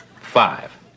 Five